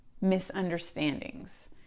misunderstandings